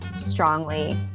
strongly